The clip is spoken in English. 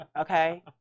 okay